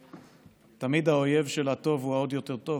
תמיד האויב של הטוב הוא העוד-יותר-טוב,